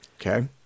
Okay